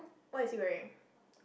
what is he wearing